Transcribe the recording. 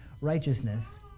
righteousness